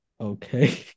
okay